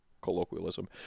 colloquialism